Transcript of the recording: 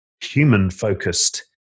human-focused